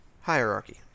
Hierarchy